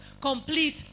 complete